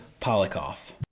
Polikoff